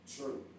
True